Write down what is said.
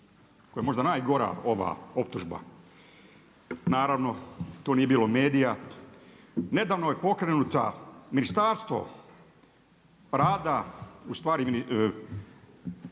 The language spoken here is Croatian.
koja je možda najgora optužba. Naravno tu nije bilo medija. Nedavno je pokrenuta, Ministarstvo rad, ustvari rada